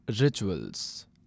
rituals